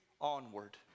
onward